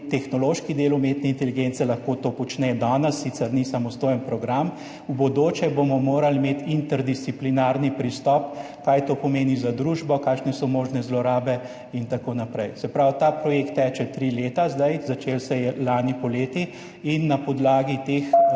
tehnološki del umetne inteligence, lahko to počne danes, sicer ni samostojen program. V bodoče bomo morali imeti interdisciplinarni pristop, kaj to pomeni za družbo, kakšne so možne zlorabe in tako naprej. Se pravi, ta projekt zdaj teče tri leta. Začel se je lani poleti in na podlagi teh